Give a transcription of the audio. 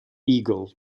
eagle